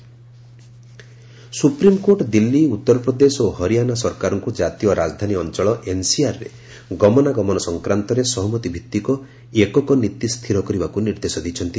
supreme court supreme court Delhi Uttar Pradesh ଓ ହରିଆଶା ସରକାରଙ୍କୁ ଜାତୀୟ ରାଜଧାନୀ ଅଞ୍ଚଳ ଏନ୍ସିଆର୍ରେ ଗମନା ଗମନ ସଂକ୍ରାନ୍ତରେ ସହମତି ଭିତ୍ତିକ ଏକକ ନୀତି ସ୍ଥିର କରିବାକୁ ନିର୍ଦ୍ଦେଶ ଦେଇଛନ୍ତି